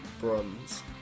bronze